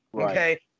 Okay